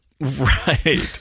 Right